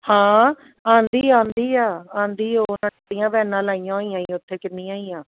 ਹਾਂ ਆਉਂਦੀ ਆਉਂਦੀ ਆ ਆਉਂਦੀ ਉਹ ਵੈਨਾਂ ਲਾਈਆਂ ਹੋਈਆਂ ਈ ਉੱਥੇ ਕਿੰਨੀਆਂ ਹੀ ਆ